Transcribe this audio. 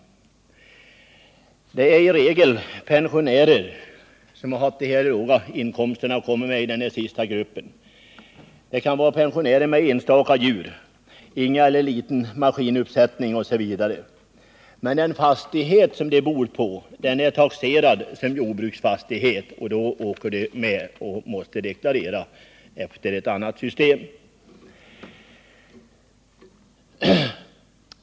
Det är i regel pensionärer som har haft så här låga inkomster och har kommit med i den sista gruppen. Det kan vara pensionärer som har enstaka djur, ingen eller liten maskinuppsättning osv., men den fastighet de bor på är taxerad som jordbruksfastighet och då kommer de med och måste deklarera efter ett annat system.